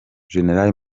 gen